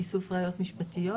איסוף ראיות ראשוניות,